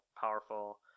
Powerful